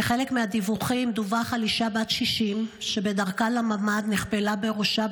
כחלק מהדיווחים דווח על אישה בת 60 שבדרכה לממ"ד נחבלה בראשה,